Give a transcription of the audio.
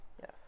Yes